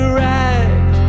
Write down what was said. right